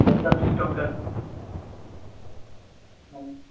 ପଚାଶ ଟଙ୍କା ହଁ